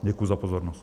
Děkuji za pozornost.